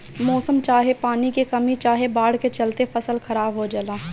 मौसम चाहे पानी के कमी चाहे बाढ़ के चलते फसल खराब हो जला